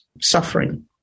suffering